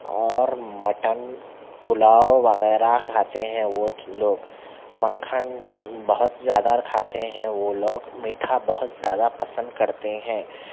اور مٹن پلاؤ وغیرہ کھاتے ہیں وہ لوگ مکھن بہت زیادہ کھاتے ہیں وہ لوگ میٹھا بہت زیادہ پسند کرتے ہیں